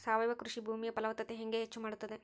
ಸಾವಯವ ಕೃಷಿ ಭೂಮಿಯ ಫಲವತ್ತತೆ ಹೆಂಗೆ ಹೆಚ್ಚು ಮಾಡುತ್ತದೆ?